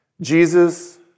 Jesus